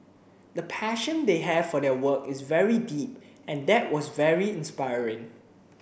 the passion they have for their work is very deep and that was very inspiring